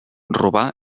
robar